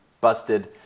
busted